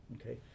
Okay